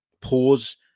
pause